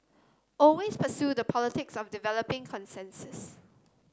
always pursue the politics of developing consensus